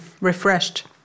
refreshed